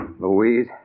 Louise